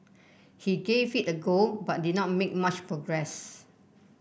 he gave it a go but did not make much progress